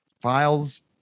files